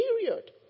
Period